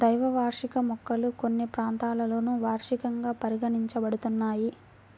ద్వైవార్షిక మొక్కలు కొన్ని ప్రాంతాలలో వార్షికంగా పరిగణించబడుతున్నాయి